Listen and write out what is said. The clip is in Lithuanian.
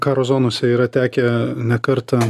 karo zonose yra tekę ne kartą